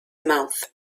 mouth